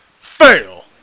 Fail